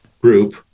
group